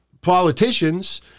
politicians